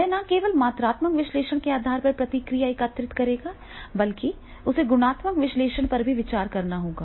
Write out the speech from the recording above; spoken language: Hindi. वह न केवल मात्रात्मक विश्लेषण के आधार पर प्रतिक्रिया एकत्र करेगा बल्कि उसे गुणात्मक विश्लेषण पर भी विचार करना होगा